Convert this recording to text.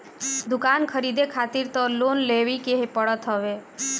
दुकान खरीदे खारित तअ लोन लेवही के पड़त हवे